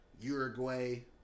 Uruguay